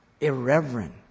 Irreverent